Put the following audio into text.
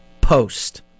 post